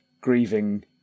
grieving